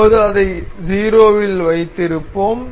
இப்போது அதை 0 இல் வைத்திருப்போம்